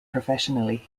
professionally